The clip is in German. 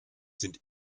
sind